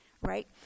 Right